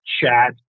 chat